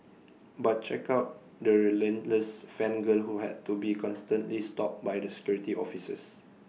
but check out the relentless fan girl who had to be constantly stopped by the security officers